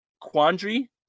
quandary